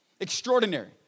Extraordinary